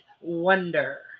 wonder